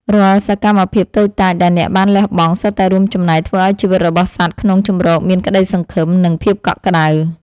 រាល់សកម្មភាពតូចតាចដែលអ្នកបានលះបង់ សុទ្ធតែរួមចំណែកធ្វើឱ្យជីវិតរបស់សត្វក្នុងជម្រកមានក្ដីសង្ឃឹម និងភាពកក់ក្ដៅ។